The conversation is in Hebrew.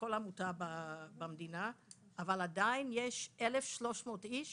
מכל עמותה במדינה, אבל עדיין יש 1,300 איש